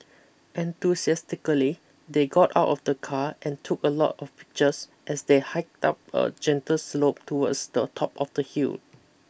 enthusiastically they got out of the car and took a lot of pictures as they hiked up a gentle slope towards the top of the hill